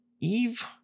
Eve